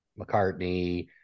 McCartney